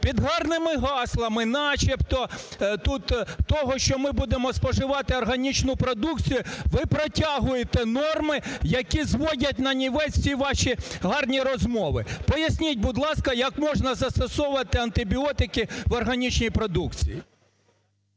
Під гарними гаслами начебто тут того, що ми будемо споживати органічну продукції, ви протягуєте норми, які зводять нанівець всі ваші гарні розмови. Поясніть, будь ласка, як можна застосовувати антибіотики в органічній продукції?